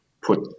put